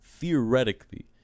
theoretically